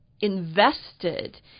invested